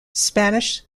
spanish